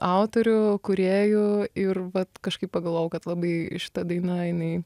autorių kūrėjų ir vat kažkaip pagalvojau kad labai šita daina jinai